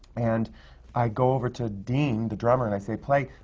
and i go over to dean, the drummer, and i say, play,